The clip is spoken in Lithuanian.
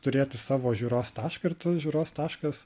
turėti savo žiūros tašką ir žiūros taškas